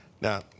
Now